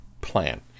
plan